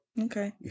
Okay